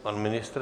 Pan ministr?